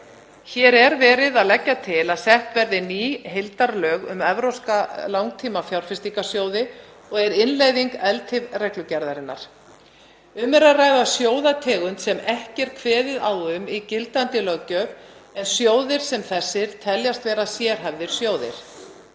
Hér er verið að leggja til að sett verði ný heildarlög um evrópska langtímafjárfestingarsjóði og er það innleiðing ELTIF-reglugerðarinnar. Um er að ræða sjóðategund sem ekki er kveðið á um í gildandi löggjöf er sjóðir sem þessir teljast vera sérhæfðir sjóðir.